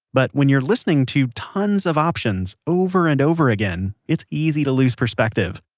but when you're listening to tons of options over and over again it's easy to lose perspective.